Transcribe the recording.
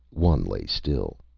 one lay still.